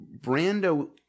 Brando